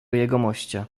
jegomościa